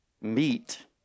meat